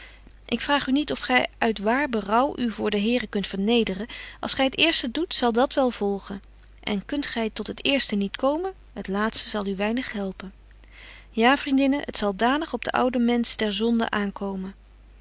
ik vraag u niet of gy uit waar berouw u voor den here kunt vernederen als gy het eerste doet zal dat wel volgen en kunt gy tot het eerste niet komen het laatste zal u weinig helpen ja vriendinne het zal danig op den ouden mensch der zonde aankomen